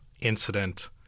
incident